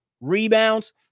rebounds